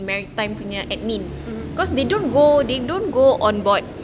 mm